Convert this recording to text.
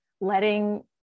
letting